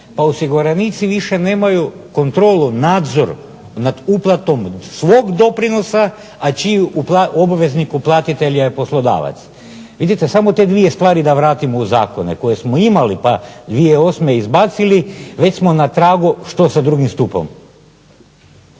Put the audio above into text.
pa osiguranici više nemaju kontrolu, nadzor nad uplatom svog doprinosa, a čiji obaveznik uplatitelj je poslodavac. Vidite samo te dvije stvari da vratimo u zakone koje smo imali pa 2008. izbacili već smo na tragu što sa 2. stupom.